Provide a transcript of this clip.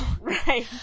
Right